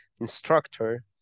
instructor